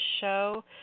show